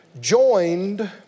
joined